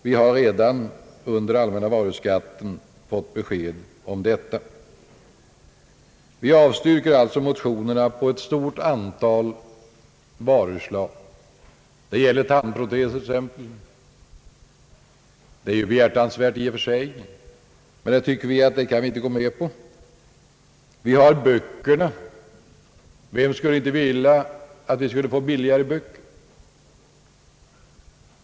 Vi har redan under allmänna varuskatten fått besked om sådana fall. Vi avstyrker alltså motionerna beträffande ett stort antal varuslag. Det har gällt exempelvis tandproteser, i och för sig en behjärtansvärd angelägenhet som vi dock ej tyckt oss kunna gå med på. Och vem skulle t.ex. inte vilja att vi skulle få billigare böcker?